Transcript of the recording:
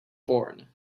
born